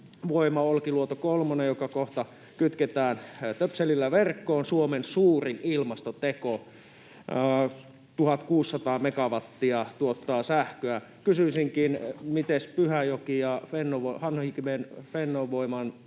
ydinvoima, Olkiluoto kolmonen, joka kohta kytketään töpselillä verkkoon. Suomen suurin ilmastoteko — 1 600 megawattia tuottaa sähköä. Kysyisinkin: Miten Pyhäjoki ja Fennovoiman